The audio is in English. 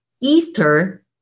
Easter